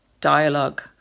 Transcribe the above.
dialogue